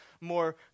more